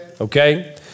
Okay